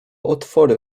otwory